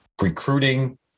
recruiting